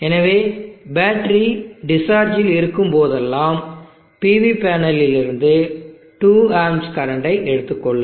எனவே பேட்டரி டிஸ்சார்ஜில் இருக்கும்போதெல்லாம்ஆனால் ஸ்பீக்கர் சொல்வது சார்ஜ் என்று பொருள்படும்PV பேனலில் இருந்து 2 ஆம்ப் கரண்டை எடுத்துக்கொள்ளும்